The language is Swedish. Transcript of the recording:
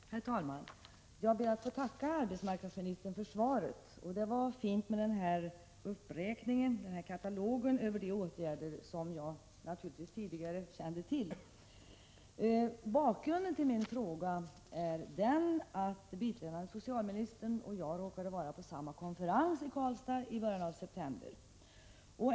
Herr talman! Jag ber att få tacka arbetsmarknadsministern för svaret. Det var fint att få en katalog över åtgärderna, som jag naturligtvis tidigare kände till. Bakgrunden till min fråga är att biträdande socialministern och jag råkade vara på samma konferens i Karlstad i början av september.